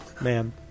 Man